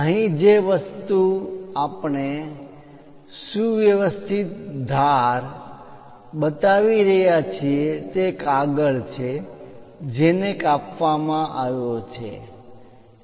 અહીં જે વસ્તુ આપણે સુવ્યવસ્થિત ધાર કોર બતાવી રહ્યા છીએ તે કાગળ છે જેને કાપવામાં આવ્યો છે